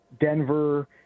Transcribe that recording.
Denver